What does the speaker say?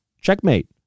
checkmate